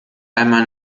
einmal